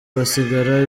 basigara